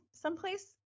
someplace